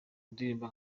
ndirimbo